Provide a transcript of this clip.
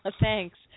Thanks